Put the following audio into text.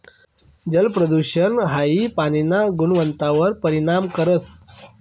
जलप्रदूषण हाई पाणीना गुणवत्तावर परिणाम करस